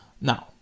Now